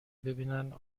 ببینن